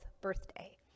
birthday